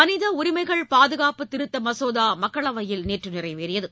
மனித உரிமைகள் பாதுகாப்பு திருத்த மசோதா மக்களவையில் நேற்று நிறைவேறியது